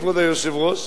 כבוד היושב-ראש,